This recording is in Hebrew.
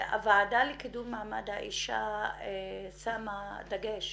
הוועדה לקידום מעמד האישה שמה דגש